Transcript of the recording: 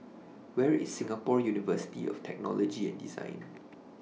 Where IS Singapore University of Technology and Design